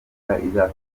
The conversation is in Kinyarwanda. izakurikira